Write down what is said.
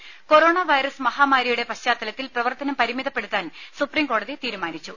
ദരദ corona virus മഹാമാരിയുടെ പശ്ചാത്തലത്തിൽ പ്രവർത്തനം പരിമിതപ്പെടുത്താൻ സുപ്രീംകോടതി തീരുമാനിച്ചു